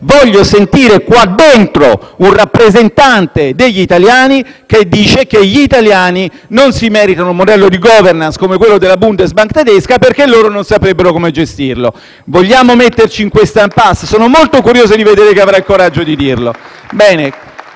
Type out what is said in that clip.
voglio sentire un rappresentante degli italiani che, qui dentro, dice che gli italiani non si meritano un modello di *governance* come quello della Bundesbank tedesca perché loro non saprebbero come gestirlo. Vogliamo metterci in questa *impasse*? Sono molto curioso di vedere chi avrà il coraggio di dirlo!